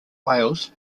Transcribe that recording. wales